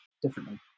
differently